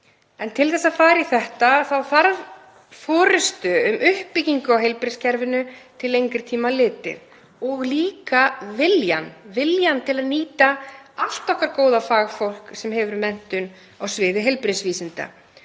En til þess að fara í þetta þá þarf forystu um uppbyggingu á heilbrigðiskerfinu til lengri tíma litið og líka viljann til að nýta allt okkar góða fagfólk sem hefur menntun á sviði heilbrigðisvísinda.